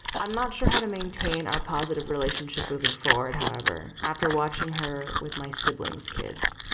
i'm not sure how to maintain our positive relationship moving forward. however, after watching her with my siblings kids,